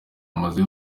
amazu